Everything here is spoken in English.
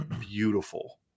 beautiful